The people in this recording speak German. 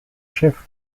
chef